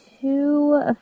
two